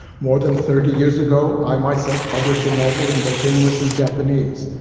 more than thirty years ago, i myself published a novel in both english and japanese,